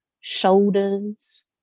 shoulders